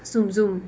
zoom zoom